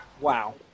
wow